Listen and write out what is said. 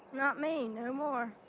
not me. no more.